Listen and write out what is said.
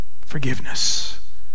Forgiveness